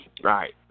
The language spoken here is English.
Right